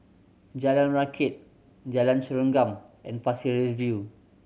Jalan Rakit Jalan Serengam and Pasir Ris View